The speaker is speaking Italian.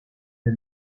del